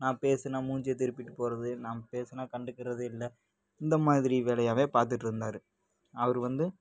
நான் பேசினா மூஞ்சிய திருப்பிட்டு போகிறது நான் பேசினா கண்டுக்கிறதே இல்லை இந்த மாதிரி வேலையாவே பார்த்துட்ருந்தாரு அவரு வந்து